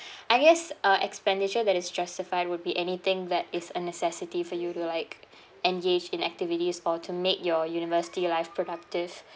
I guess uh expenditure that is justified would be anything that is a necessity for you to like engage in activities or to make your university life productive